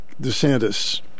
DeSantis